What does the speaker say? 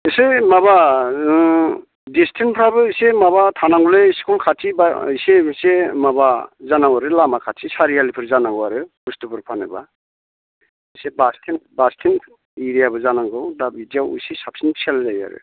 इसे माबा दिसथेन्सफ्राबो इसे माबा थानांगौलै स्कुल खाथि बा इसे इसे माबा जानांगौ आरो लामा खाथि सारियालिफोर जानांगौ आरो बुस्थुफोर फानोबा इसे बास स्टेन्ड एरियाबो जानांगौ दा बिदियाव इसे साबसिन सेल जायो आरो